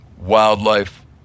wildlife